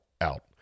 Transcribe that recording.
out